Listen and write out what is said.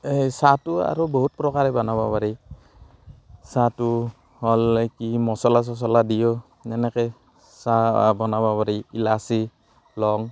এই চাহটো আৰু বহুত প্ৰকাৰে বনাব পাৰি চাহটো হ'লে কি মছলা চছলা দিও এনেকৈ চাহ বনাব পাৰি ইলাচি লং